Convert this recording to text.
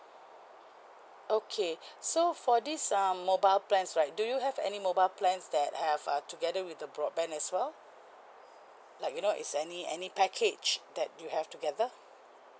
okay so for these um mobile plans right do you have any mobile plans that have uh together with the broadband as well like you know is any any package that you have together